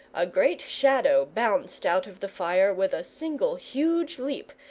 a great shadow bounced out of the fire with a single huge leap,